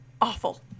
awful